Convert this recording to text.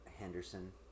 henderson